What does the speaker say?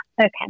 Okay